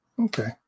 Okay